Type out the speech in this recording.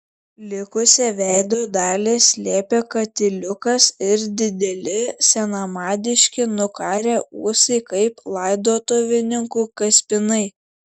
likusią veido dalį slėpė katiliukas ir dideli senamadiški nukarę ūsai kaip laidotuvininkų kaspinai